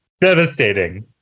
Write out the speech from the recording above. Devastating